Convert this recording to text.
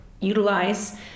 utilize